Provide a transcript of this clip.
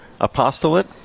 apostolate